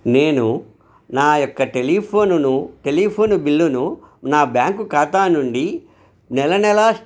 నేను నా యొక్క టెలిఫోనును టెలిఫోను బిల్లును నా బ్యాంకు ఖాతా నుండి నెలనెలా